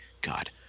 god